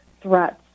threats